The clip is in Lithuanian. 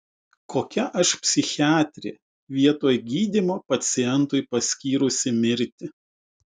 kokia aš psichiatrė vietoj gydymo pacientui paskyrusi mirtį